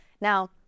Now